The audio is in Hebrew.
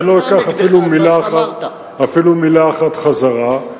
אני לא אקח אפילו מלה אחת חזרה.